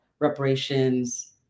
reparations